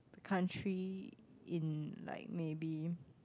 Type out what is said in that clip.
country in like maybe